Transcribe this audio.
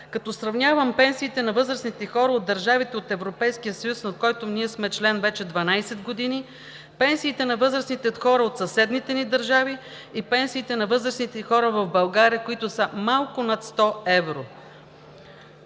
като сравнявам пенсиите на възрастните хора от държавите от Европейския съюз, на който ние сме член вече 12 години, пенсиите на възрастните хора от съседните ни държави и пенсиите на възрастните хора в България, които са малко над 100 евро.